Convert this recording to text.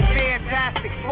fantastic